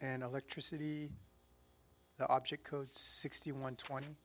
and electricity the object code sixty one twenty